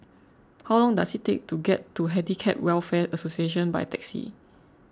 how long does it take to get to Handicap Welfare Association by taxi